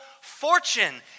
fortune